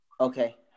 Okay